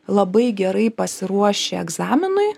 labai gerai pasiruoši egzaminui